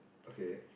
okay